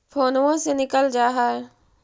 फोनवो से निकल जा है?